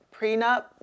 prenup